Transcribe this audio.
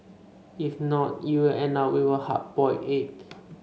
if not you will end up with a hard boiled egg